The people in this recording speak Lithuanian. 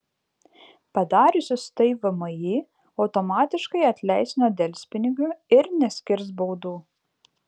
padariusius tai vmi automatiškai atleis nuo delspinigių ir neskirs baudų